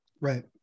Right